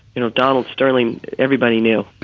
you know, donald sterling. everybody knew.